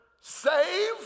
save